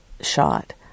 shot